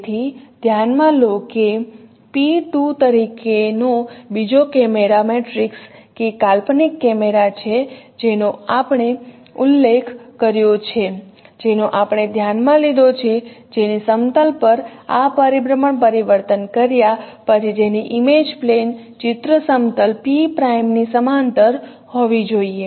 તેથી ધ્યાનમાં લો કે P 2 તરીકેનો બીજો કેમેરા મેટ્રિક્સ કે કાલ્પનિક કેમેરાછે જેનો આપણે ઉલ્લેખ કર્યો છે જેનો આપણે ધ્યાનમાં લીધો છે જેની સમતલ પર આ પરિભ્રમણ પરિવર્તન કર્યા પછી જેની ઇમેજ પ્લેન ચિત્ર સમતલ P પ્રાઈમની સમાંતર હોવી જોઈએ